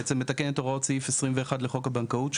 בעצם לתקן את הוראות סעיף 21 לחוק הבנקאות,